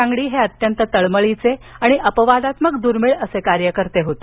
अंगडी हे अत्यंत तळमळीचे आणि अपवादात्मक दुर्मिळ असे कार्यकर्ते होते